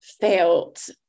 felt